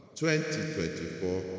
2024